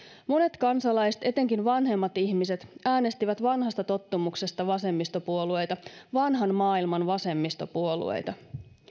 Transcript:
monet kansalaiset etenkin vanhemmat ihmiset äänestivät vanhasta tottumuksesta vasemmistopuolueita vanhan maailman vasemmistopuolueita